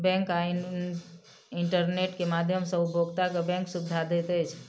bank आब internet के माध्यम सॅ उपभोगता के बैंक सुविधा दैत अछि